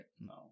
No